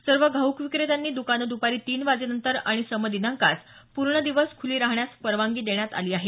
सर्व घाऊक विक्रेत्याची दुकानं दुपारी तीन वाजेनंतर आणि सम दिनांकास पूर्ण दिवस खुली राहण्यास परवानगी देण्यात आली आहे